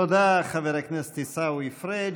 תודה, חבר הכנסת עיסאווי פריג'.